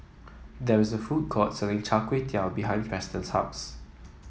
there is a food court selling Char Kway Teow behind Preston's house